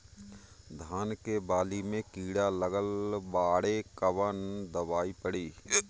धान के बाली में कीड़ा लगल बाड़े कवन दवाई पड़ी?